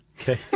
Okay